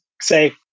say